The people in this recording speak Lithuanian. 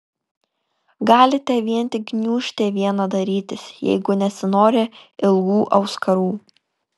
galite vien tik gniūžtę vieną darytis jeigu nesinori ilgų auskarų